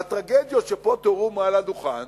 והטרגדיות שתראו פה מעל הדוכן,